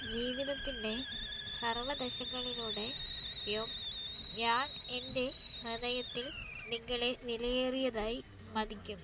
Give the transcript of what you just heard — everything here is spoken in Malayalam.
ജീവിതത്തിൻ്റെ സർവ്വ ദശകളിലൂടെയും ഞാൻ എൻ്റെ ഹൃദയത്തിൽ നിങ്ങളെ വിലയേറിയതായി മതിക്കും